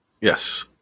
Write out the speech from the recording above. Yes